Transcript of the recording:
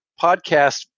podcast